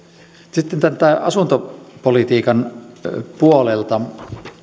sitten asuntopolitiikan puolelta